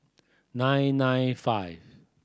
nine nine five